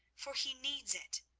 for he needs it.